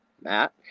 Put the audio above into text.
Matt